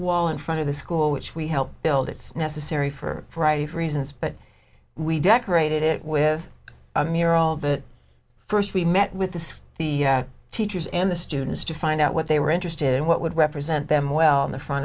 wall in front of the school which we helped build it's necessary for writing reasons but we decorated it with a mural the first we met with the the teachers and the students to find out what they were interested in what would represent them well in the front